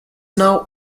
now